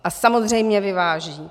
A samozřejmě vyváží.